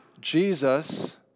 Jesus